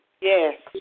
Yes